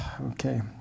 okay